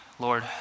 Lord